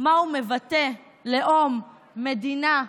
מה הוא מבטא: לאום, מדינה,